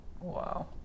wow